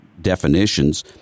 definitions